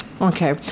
Okay